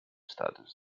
status